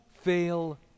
fail